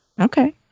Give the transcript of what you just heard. Okay